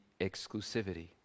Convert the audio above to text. exclusivity